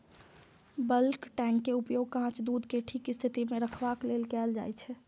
bulk tank के उपयोग कांच दूध कें ठीक स्थिति मे रखबाक लेल कैल जाइ छै